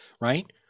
right